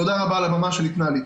תודה רבה על הבמה שניתנה לי.